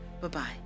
Bye-bye